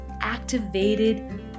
activated